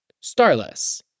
Starless